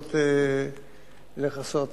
לנסות לכסות.